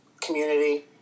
community